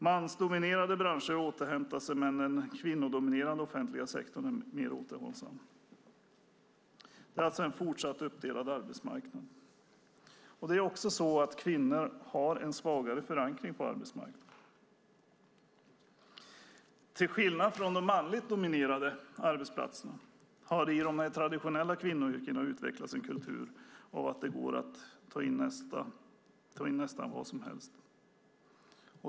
Mansdominerade branscher återhämtar sig, men den kvinnodominerade offentliga sektorn är mer återhållsam. Det är alltså en fortsatt uppdelad arbetsmarknad. Kvinnor har också en svagare förankring på arbetsmarknaden. Till skillnad från de manligt dominerade arbetsplatserna har det i de traditionella kvinnoyrkena utvecklats en kultur av att det går att ta in nästan vad som helst.